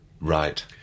Right